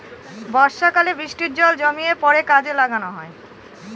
বর্ষাকালে বৃষ্টির জল জমিয়ে পরে কাজে লাগানো হয়